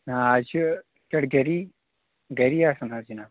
نہ آز چھِ پٮ۪ٹھ گری گری آسان حظ جِناب